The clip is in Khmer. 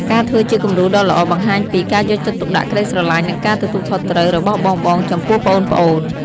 ការធ្វើជាគំរូដ៏ល្អបង្ហាញពី ការយកចិត្តទុកដាក់ ក្ដីស្រឡាញ់ និងការទទួលខុសត្រូវ របស់បងៗចំពោះប្អូនៗ ។